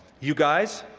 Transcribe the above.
you guys,